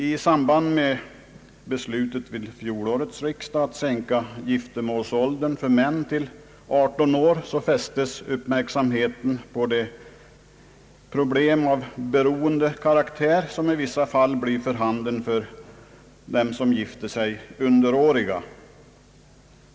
I samband med beslutet vid fjolårets riksdag om sänkning av giftermålsåldern för män till 18 år fästes uppmärksamheten på de problem av beroendekaraktär som i vissa fall blir för handen för dem som gifter sig som underåriga.